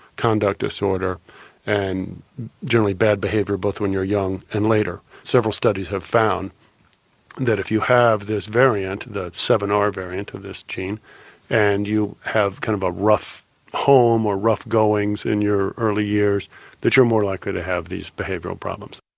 conduct disorder and generally bad behaviour both when you're young and later. several studies have found that if you have this variant that seven r variant of this gene and you have a kind of a rough home or rough goings in your early years that you're more likely to have these behavioural problems.